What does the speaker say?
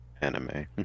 anime